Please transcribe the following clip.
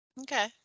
Okay